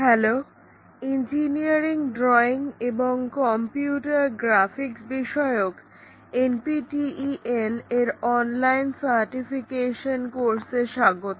hello engineering drawing এবং computer graphics বিষয়ক NPTEL এর অনলাইন সার্টিফিকেশন কোর্সে স্বাগত